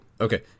okay